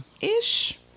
Ish